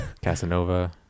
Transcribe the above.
Casanova